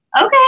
Okay